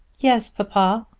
yes, papa.